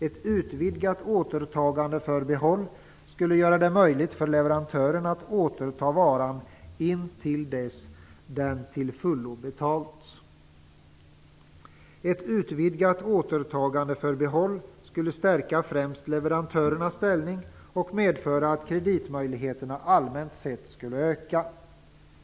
Ett utvidgat återtagandeförbehåll skulle göra det möjligt för leverantören att återta varan intill dess att den är till fullo betald. Ett utvidgat återtagandeförbehåll skulle stärka främst leverantörernas ställning och medföra att kreditmöjligheterna allmänt sett skulle öka.